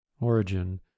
origin